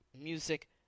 music